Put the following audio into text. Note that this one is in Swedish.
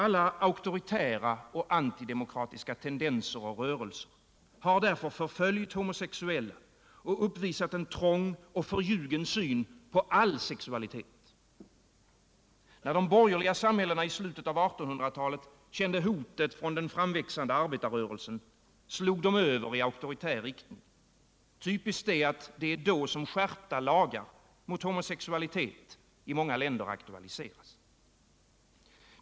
Alla auktoritära och antidemokratiska tendenser och rörelser har därför förföljt homosexuella och uppvisat en trång och förljugen syn på all sexualitet. När de borgerliga samhällena i slutet av 1800-talet kände hotet från den framväxande arbetarrörelsen slog de över i auktoritär riktning. Typiskt är att det är då skärpta lagar mot homosexualitet i många länder aktualiseras.